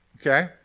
okay